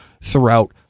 throughout